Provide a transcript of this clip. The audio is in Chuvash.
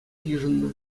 йышӑннӑ